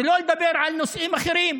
שלא לדבר על נושאים אחרים.